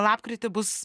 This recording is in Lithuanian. lapkritį bus